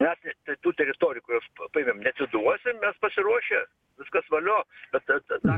mes ne tai tų teritorijų kurios paėmėm neatiduosim mes mes pasiruošę viskas valio bet tad a tą